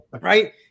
right